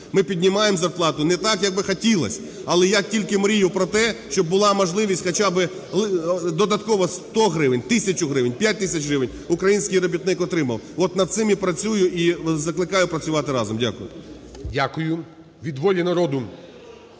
Ми піднімаємо зарплату не так, як би хотілось, але я тільки мрію про те, щоб була можливість хоча би додатково 100 гривень, тисячу гривень, 5 тисяч гривень український робітник отримав. Вот, над цим і працюю і закликаю працювати разом. Дякую. ГОЛОВУЮЧИЙ. Дякую. Від "Волі народу"